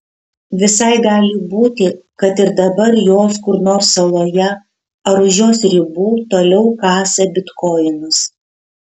visai gali būti kad ir dabar jos kur nors saloje ar už jos ribų toliau kasa bitkoinus